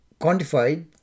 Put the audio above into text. quantified